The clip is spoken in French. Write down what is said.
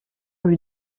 lui